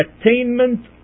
attainment